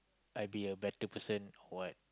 I be a better person or what